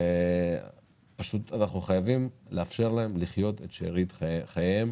אנחנו חייבים לאפשר להם לחיות את שארית חייהם